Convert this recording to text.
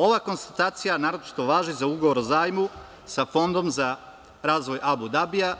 Ova konstatacija naročito važi za ugovor o zajmu sa Fondom za razvoj Abu Dabija